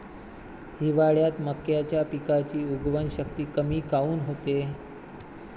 हिवाळ्यात मक्याच्या पिकाची उगवन शक्ती कमी काऊन होते?